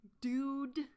dude